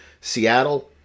Seattle